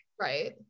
right